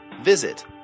Visit